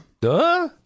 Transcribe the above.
Duh